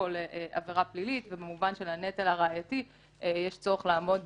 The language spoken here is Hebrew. כול עבירה פלילית ובמובן של הנטל הראייתי יש צורך לעמוד